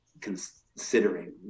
considering